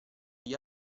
gli